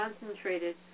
concentrated